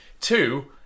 two